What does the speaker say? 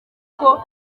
kuko